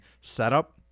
setup